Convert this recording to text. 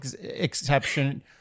exception